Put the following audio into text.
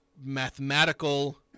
mathematical